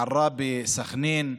עראבה, סח'נין,